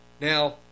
Now